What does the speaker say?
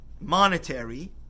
monetary